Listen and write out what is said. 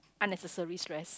unnecessary stress